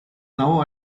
now